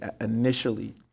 initially